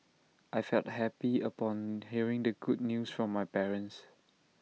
I felt happy upon hearing the good news from my parents